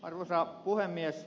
arvoisa puhemies